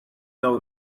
know